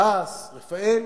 תע"ש, רפא"ל,